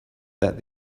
that